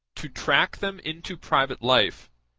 to track them into private life,